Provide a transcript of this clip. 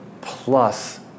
plus